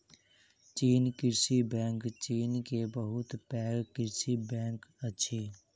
चीन कृषि बैंक चीन के बहुत पैघ कृषि बैंक अछि